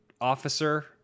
officer